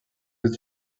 els